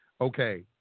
okay